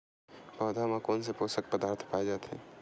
पौधा मा कोन से पोषक पदार्थ पाए जाथे?